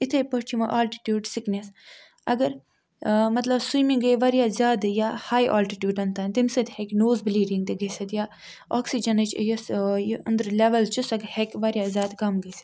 یِتھٕے پٲٹھۍ چھُ یِوان آلٹِٹیٛوٗڈ سِکنٮ۪س اگر مَطلَب سویمِنٛگ گٔے واریاہ زیادٕ یا ہاے آلٹِٹیٛوٗڈَن تانۍ تَمہِ سۭتۍ ہیٚکہِ نوز بُلیٖڈِنٛگ تہِ گٔژھِتھ یا آکسیٖجَنٕچ یۅسہٕ آ یہِ أنٛدرٕ لیٚوَل چھِ سۄ ہیٚکہِ واریاہ زیادٕ کم گٔژھِتھ